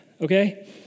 okay